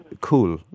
Cool